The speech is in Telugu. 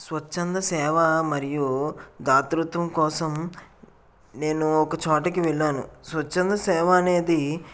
స్వచ్ఛంద సేవ మరియు ధాతృత్వం కోసం నేను ఒక చోటుకి వెళ్ళాను స్వచ్ఛంద సేవ అనేది